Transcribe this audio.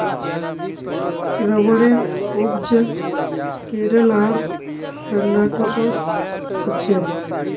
रबरेर उपज केरल आर कर्नाटकोत होछे